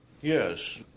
Yes